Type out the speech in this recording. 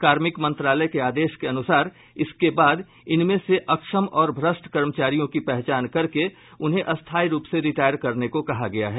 कार्मिक मंत्रालय के आदेश के अनुसार इसके बाद इनमें से अक्षम और भ्रष्ट कर्मचारियों की पहचान करके उन्हें स्थायी रूप से रिटायर करने को कहा गया है